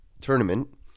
tournament